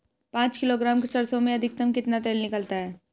पाँच किलोग्राम सरसों में अधिकतम कितना तेल निकलता है?